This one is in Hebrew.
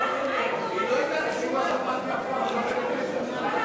(חבר הכנסת מכלוף מיקי זוהר יוצא מאולם המליאה.)